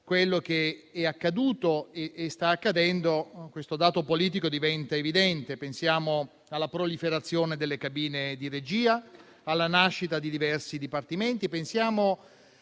quello che è accaduto e sta accadendo, questo dato politico diventa evidente. Pensiamo alla proliferazione delle cabine di regia, alla nascita di diversi dipartimenti. Pensiamo